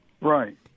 Right